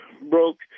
broke